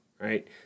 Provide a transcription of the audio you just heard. right